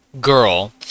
girl